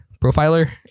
profiler